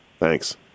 Thanks